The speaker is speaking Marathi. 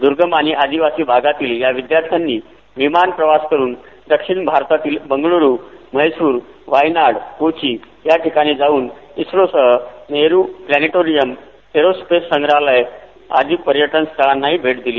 दुर्गम आणि आदिवासी भागातील विद्यार्थ्यांनी विमान प्रवास करून दक्षिण भारतातील बँगलोर म्हैसूर वायनाड कोची याठीकाणी जाऊन इस्त्रोसह नेहरु प्लॅनेटोरियम एअरोस्पेस संग्रालय आदी पर्यटन स्थळांनाही भेट दिली